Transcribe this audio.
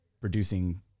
producing